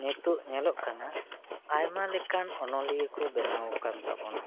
ᱱᱤᱛᱚᱜ ᱧᱮᱞᱚᱜ ᱠᱟᱱᱟ ᱟᱭᱢᱟ ᱞᱮᱠᱟᱱ ᱚᱱᱞᱤᱭᱟᱹᱠᱚ ᱵᱮᱱᱟᱣ ᱟᱠᱟᱱ ᱛᱟᱵᱚᱱᱟ